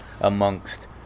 amongst